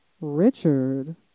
Richard